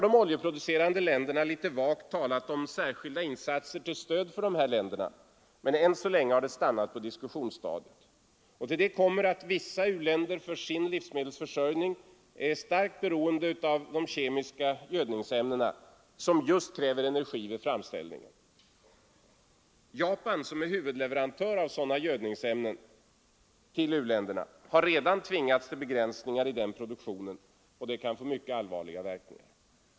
De oljeproducerande länderna har visserligen litet vagt talat om särskilda insatser till stöd för dessa länder, men än så länge har detta stannat på diskussionsstadiet. Till det kommer att vissa u-länder för sin livsmedelsförsörjning är starkt beroende av de kemiska gödningsämnena, som just kräver energi vid framställningen. Japan, som är huvudleverantör av sådana gödningsämnen till u-länderna, har redan tvingats till vissa begränsningar i den produktionen. Detta kan få mycket allvarliga verkningar.